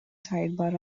sidebar